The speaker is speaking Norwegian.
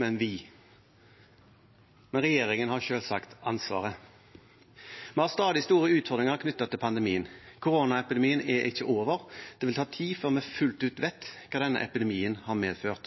men «vi». Men regjeringen har selvsagt ansvaret. Vi har stadig store utfordringer knyttet til pandemien. Koronaepidemien er ikke over, og det vil ta tid før vi fullt ut vet hva